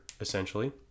essentially